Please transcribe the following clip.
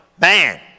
man